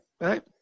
right